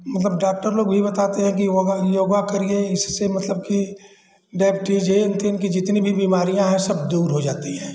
मतलब डॉक्टर लोग भी बताते हैं की वोगा योग करिए इससे मतलब की डाइबिटीज तेन की जितनी भी बीमारियाँ हैं सब दूर हो जाती हैं